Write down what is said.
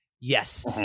Yes